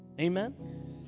Amen